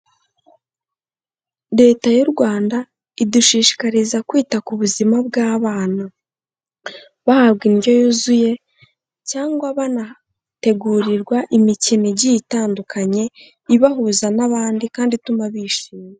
Leta y'u Rwanda idushishikariza kwita ku buzima bw'abana. Bahabwa indyo yuzuye cyangwa banategurirwa imikino igiye itandukanye, ibahuza n'abandi kandi ituma bishima.